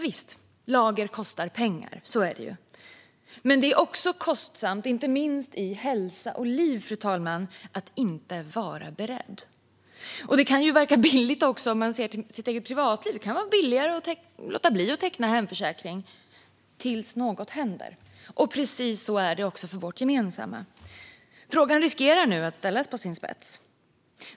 Visst - lager kostar pengar. Så är det ju. Men det också kostsamt, inte minst i hälsa och liv, fru talman, att inte vara beredd. I privatlivet kan det vara billigare att låta bli att teckna hemförsäkring - tills något händer. Precis så är det också för vårt gemensamma. Frågan riskerar nu att ställas på sin spets.